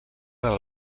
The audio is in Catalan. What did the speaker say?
del